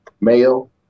male